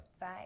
Bye